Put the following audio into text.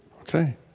Okay